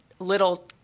little